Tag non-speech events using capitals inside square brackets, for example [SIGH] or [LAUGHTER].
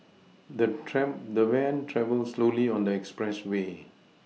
the [UNINTELLIGIBLE] the van travelled slowly on the expressway